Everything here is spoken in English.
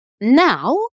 Now